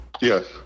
Yes